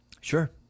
Sure